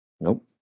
Nope